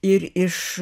ir iš